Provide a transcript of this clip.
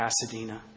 Pasadena